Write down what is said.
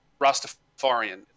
rastafarian